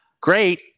great